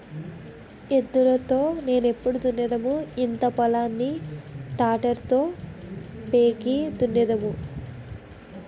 ఎద్దులు తో నెప్పుడు దున్నుదుము ఇంత పొలం ని తాటరి తోనే బేగి దున్నేన్నాము